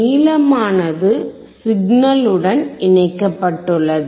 நீளமானது சிக்னலுடன் இணைக்கப்பட்டுள்ளது